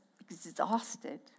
exhausted